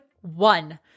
one